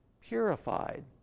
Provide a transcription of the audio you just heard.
purified